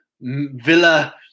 villa